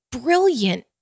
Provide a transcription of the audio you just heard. brilliant